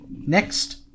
Next